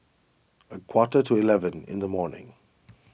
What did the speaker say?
a quarter to eleven in the morning